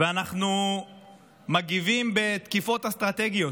ואנחנו מגיבים בתקיפות אסטרטגיות.